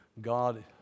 God